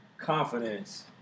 confidence